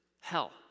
hell